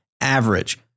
average